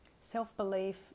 Self-belief